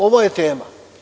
Ovo je tema.